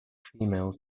female